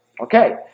okay